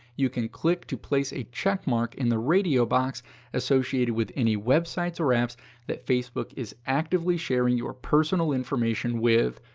you can click to place a checkmark in the radio box associated with any websites or apps that facebook is actively sharing your personal information with.